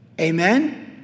Amen